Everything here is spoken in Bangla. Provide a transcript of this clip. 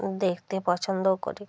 দেখতে পছন্দও করি